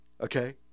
okay